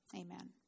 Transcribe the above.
Amen